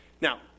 Now